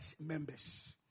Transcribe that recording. members